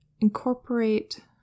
incorporate